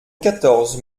quatorze